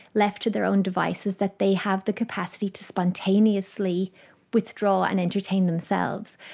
left to their own devices, that they have the capacity to spontaneously withdraw and entertain themselves.